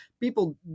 people